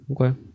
okay